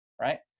right